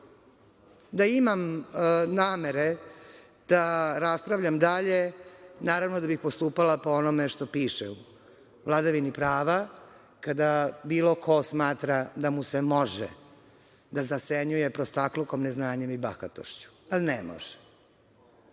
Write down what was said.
Da ima namere da raspravljam dalje, naravno da bih postupala po onome što piše, vladavini prava, kada bilo ko smatra da mu se može da zasenjuje prostaklukom, neznanjem i bahatošću. Pa, ne može.